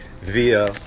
Via